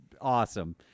awesome